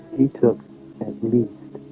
he took at least